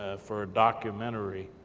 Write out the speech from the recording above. ah for a documentary,